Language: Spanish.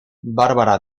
barbara